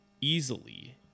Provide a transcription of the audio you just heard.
easily